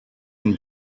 and